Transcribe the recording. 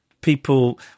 people